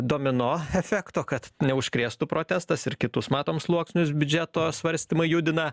domino efekto kad neužkrėstų protestas ir kitus matom sluoksnius biudžeto svarstymą judina